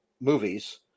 movies